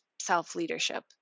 self-leadership